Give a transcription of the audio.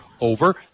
over